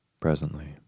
Presently